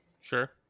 Sure